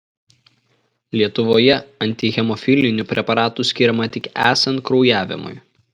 lietuvoje antihemofilinių preparatų skiriama tik esant kraujavimui